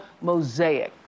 Mosaic